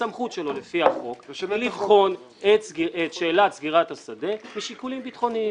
הסמכות שלו לפי החוק היא לבחון את שאלת סגירת השדה משיקולים ביטחוניים.